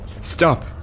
Stop